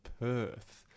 Perth